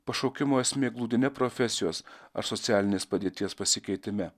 pašaukimo esmė glūdi ne profesijos ar socialinės padėties pasikeitime